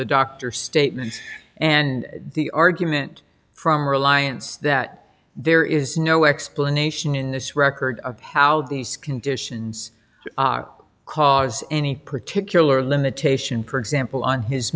the doctor statement and the argument from reliance that there is no explanation in this record of how these conditions cause any particular limitation for example on his